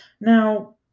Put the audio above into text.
now